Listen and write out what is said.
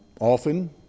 Often